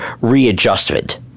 readjustment